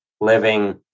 living